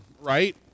right